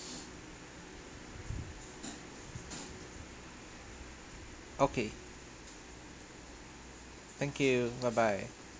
okay thank you bye bye